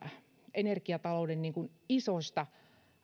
energiatalouden isosta